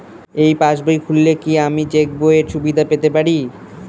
এই পাসবুক খুললে কি আমি চেকবইয়ের সুবিধা পেতে পারি?